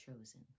chosen